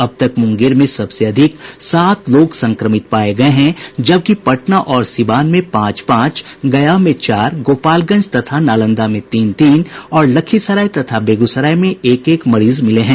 अब तक मुंगेर में सबसे अधिक सात लोग संक्रमित पाये गये हैं जबकि पटना और सिवान में पांच पांच गया में चार गोपालगंज तथा नालंदा में तीन तीन और लखीसराय तथा बेगूसराय में एक एक मरीज मिले हैं